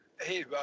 Hey